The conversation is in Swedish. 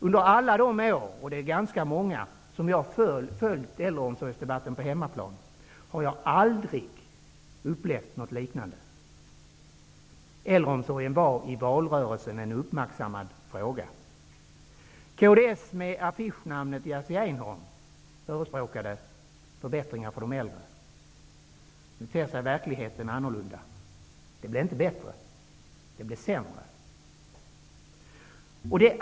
Under alla de år -- de är ganska många -- som jag har följt äldreomsorgsdebatten på hemmaplan har jag aldrig upplevt något liknande. Einhorn, förespråkade förbättringar för de äldre. Nu ter sig verkligheten annorlunda. Det blev inte bättre -- det blev sämre.